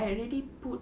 I already put